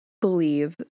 believe